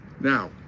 Now